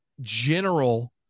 general